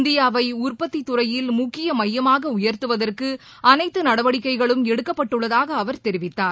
இந்தியாவை உற்பத்தித் துறையில் முக்கிய மையமாக உயர்த்துவதற்கு அனைத்து நடவடிக்கைகளும் எடுக்கப்பட்டுள்ளதாக அவர் தெரிவித்தார்